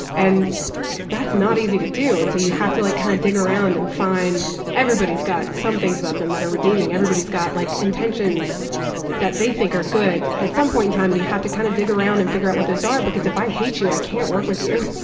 and that's not easy to do, and so you have to like kind of dig around and find everybody's got some things about them that are redeeming, everybody's got like intentions that they think are good at some point in time and you have to kind of dig around and figure out what those are because if i hate you i can't work with you.